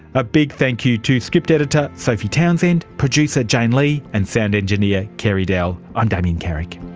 a big thank you to script editor sophie townsend, producer jane lee, and sound engineer carey dell. i'm damien carrick